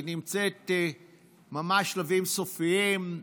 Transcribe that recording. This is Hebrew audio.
היא נמצאת בשלבים סופיים.